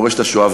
מורשת השואה,